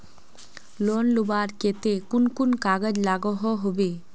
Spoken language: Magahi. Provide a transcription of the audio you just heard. लोन लुबार केते कुन कुन कागज लागोहो होबे?